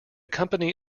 company